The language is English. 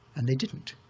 and they didn't.